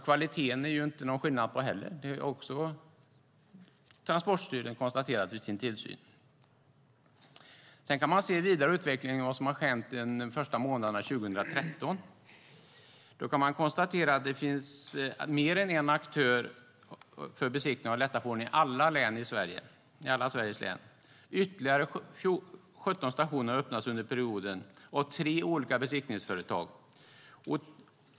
Kvaliteten är det inte heller någon skillnad på, har Transportstyrelsen konstaterat i sin tillsyn. Om man sedan ser på den vidare utvecklingen under de första månaderna 2013 kan man konstatera att det finns mer än en aktör för besiktning av lätta fordon i alla Sveriges län. Ytterligare 17 stationer har öppnats under perioden av tre olika besiktningsföretag.